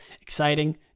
Exciting